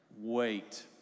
Wait